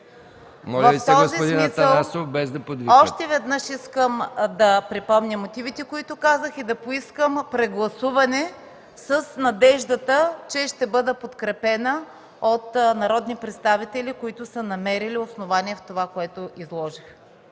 подвиквате. ДЕСИСЛАВА ТАНЕВА: В този смисъл още веднъж искам да припомня мотивите, които казах, и да поискам прегласуване с надеждата, че ще бъда подкрепена от народни представители, които са намерили основание в това, което изложих.